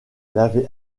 lavait